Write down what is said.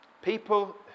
People